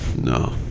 No